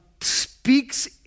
speaks